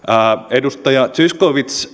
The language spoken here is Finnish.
edustaja zyskowicz